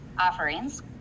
offerings